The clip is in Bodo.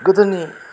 गोदोनि